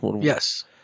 Yes